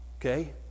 Okay